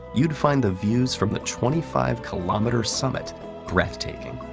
you'd find the views from the twenty five kilometer summit breathtaking.